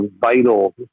vital